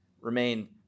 remain